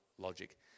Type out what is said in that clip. Logic